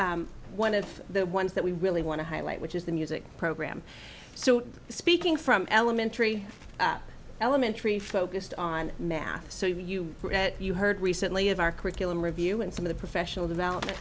about one of the ones that we really want to highlight which is the music program so speaking from elementary elementary focused on math so you you heard recently of our curriculum review and some of the professional development